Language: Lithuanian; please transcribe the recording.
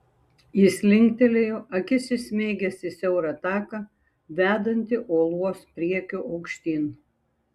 jis linktelėjo akis įsmeigęs į siaurą taką vedantį uolos priekiu aukštyn